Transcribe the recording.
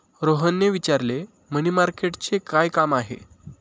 रोहनने विचारले, मनी मार्केटचे काय काम आहे?